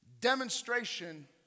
Demonstration